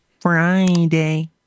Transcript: friday